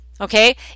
Okay